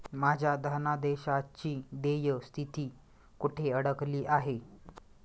माझ्या धनादेशाची देय स्थिती कुठे अडकली आहे?